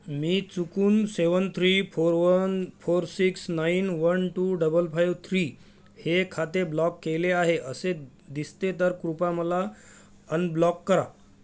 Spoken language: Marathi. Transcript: मी चुकून seven three four one four six nine one two double five three हे खाते ब्लॉक केले आहे असे दिसते तर कृपया मला अनब्लॉक करा